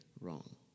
wrong